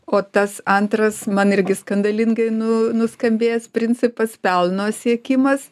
o tas antras man irgi skandalingai nu nuskambėjęs principas pelno siekimas